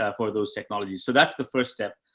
yeah for those technologies. so that's the first step.